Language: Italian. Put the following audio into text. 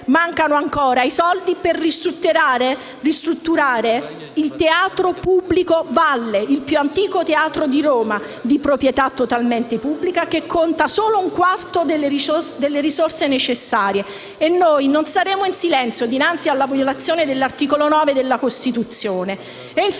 mancano ancora i soldi per ristrutturare il teatro Valle, il più antico teatro di Roma, di proprietà totalmente pubblica, che conta solo un quarto delle risorse necessarie. Noi non saremo in silenzio dinanzi alla violazione dell'articolo 9 della Costituzione.